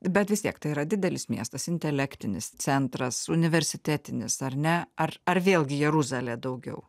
bet vis tiek tai yra didelis miestas intelektinis centras universitetinis ar ne ar ar vėlgi jeruzalė daugiau